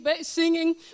singing